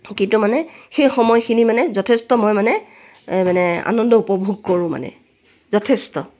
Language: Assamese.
কিন্তু মানে সেই সময়খিনি মানে যথেষ্ট মই মানে মানে আনন্দ উপভোগ কৰোঁ মানে যথেষ্ট